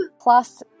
Plus